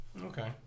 Okay